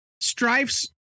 Strife's